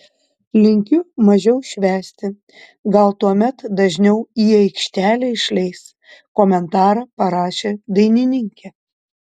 linkiu mažiau švęsti gal tuomet dažniau į aikštelę išleis komentarą parašė dainininkė